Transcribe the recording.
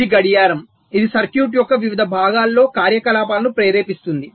ఇది గడియారం ఇది సర్క్యూట్ యొక్క వివిధ భాగాలలో కార్యకలాపాలను ప్రేరేపిస్తుంది